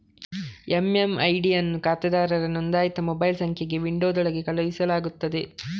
MMID ಅನ್ನು ಖಾತೆದಾರರ ನೋಂದಾಯಿತ ಮೊಬೈಲ್ ಸಂಖ್ಯೆಗೆ ವಿಂಡೋದೊಳಗೆ ಕಳುಹಿಸಲಾಗುತ್ತದೆ